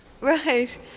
Right